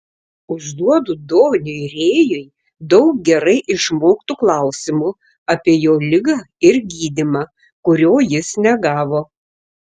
užduodu doniui rėjui daug gerai išmoktų klausimų apie jo ligą ir gydymą kurio jis negavo